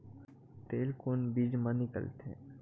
तेल कोन बीज मा निकलथे?